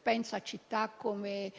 Penso a città come